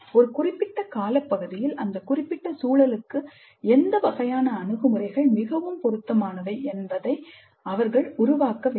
ஒரு குறிப்பிட்ட காலப்பகுதியில் அந்த குறிப்பிட்ட சூழலுக்கு எந்த வகையான அணுகுமுறைகள் மிகவும் பொருத்தமானவை என்பதை அவர்கள் உருவாக்க வேண்டும்